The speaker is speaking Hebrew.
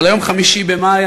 היום 5 במאי,